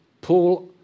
Paul